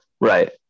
Right